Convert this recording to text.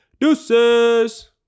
deuces